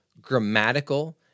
grammatical